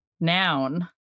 Noun